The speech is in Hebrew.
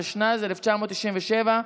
התשנ"ז 1997,